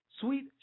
Sweet